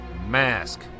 mask